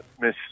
Miss